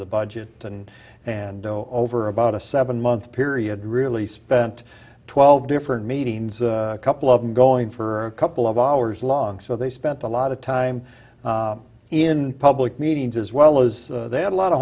the budget and and over about a seven month period really spent twelve different meetings a couple of them going for a couple of hours long so they spent a lot of time in public meetings as well as they had a lot of